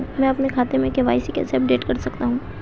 मैं अपने बैंक खाते में के.वाई.सी कैसे अपडेट कर सकता हूँ?